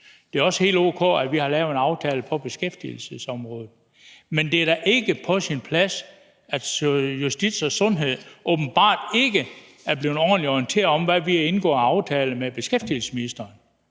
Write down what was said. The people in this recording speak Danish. det er også helt o.k., at vi har lavet en aftale på beskæftigelsesområdet, men det er da ikke på sin plads, at justitsministeren og sundhedsministeren åbenbart ikke er blevet ordentligt orienteret om, hvilke aftaler vi har indgået med beskæftigelsesministeren.